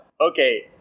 okay